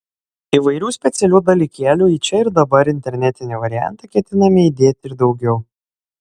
įvairių specialių dalykėlių į čia ir dabar internetinį variantą ketiname įdėti ir daugiau